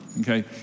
Okay